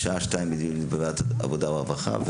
ובשעה 14:00 יהיה דיון בוועדת העבודה והרווחה,